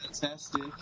Fantastic